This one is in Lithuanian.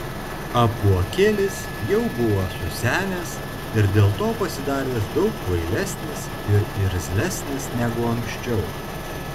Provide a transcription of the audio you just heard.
apuokėlis jau buvo susenęs ir dėl to pasidaręs daug kvailesnis ir irzlesnis negu anksčiau